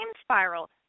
spiral